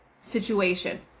situation